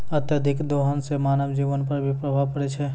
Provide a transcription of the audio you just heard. अत्यधिक दोहन सें मानव जीवन पर भी प्रभाव परै छै